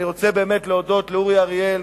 אני רוצה באמת להודות לאורי אריאל,